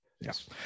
yes